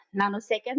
nanoseconds